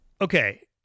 Okay